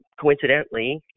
coincidentally